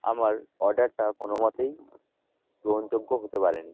আমার অর্ডারটা কোনো মতেই গ্রহণযোগ্য হতে পারে নি